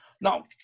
now